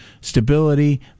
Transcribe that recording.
stability